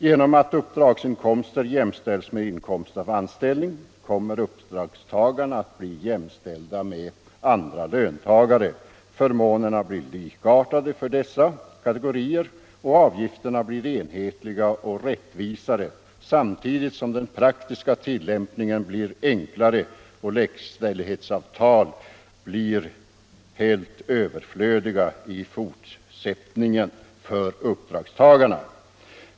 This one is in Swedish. Genom att uppdragsinkomster jämställs med inkomst av anställning kommer uppdragstagarna att bli jämställda med andra löntagare. Förmånerna blir likartade för dessa kategorier, och avgifterna blir enhetligare och rättvisare samtidigt som den praktiska tillämpningen blir enklare och likställighetsavtal blir helt överflödiga i fortsättningen för uppdragstagarna.